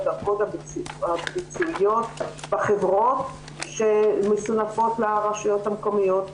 בדרגות הביצועיות בחברות שמנוספות לרשויות המקומיות,